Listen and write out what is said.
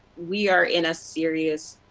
we are in a serious,